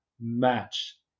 match